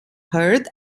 heard